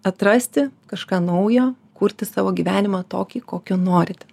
atrasti kažką naujo kurti savo gyvenimą tokį kokio norite